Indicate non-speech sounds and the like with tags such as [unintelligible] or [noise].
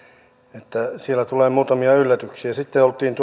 siellä tulee muutamia yllätyksiä sitten oltiin [unintelligible]